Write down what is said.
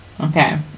Okay